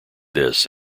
this